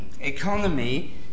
economy